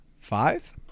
Five